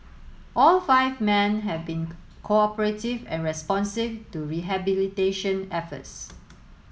all five men had been cooperative and responsive to rehabilitation efforts